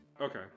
Okay